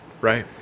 Right